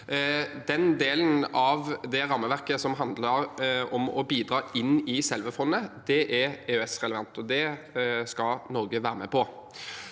Den delen av rammeverket som handlet om å bidra inn i selve fondet, er EØS-relevant, og det skal Norge være med på,